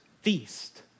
feast